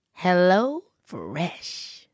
HelloFresh